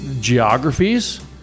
geographies